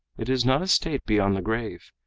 it is not a state beyond the grave.